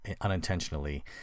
unintentionally